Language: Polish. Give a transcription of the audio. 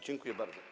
Dziękuję bardzo.